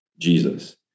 Jesus